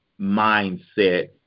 mindset